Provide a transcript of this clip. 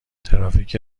ترافیک